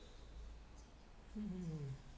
mmhmm